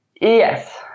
Yes